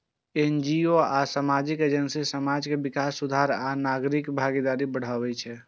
NGO आ सामाजिक agency समाज के विकास, सुधार आ नागरिक भागीदारी बढ़ाबै छै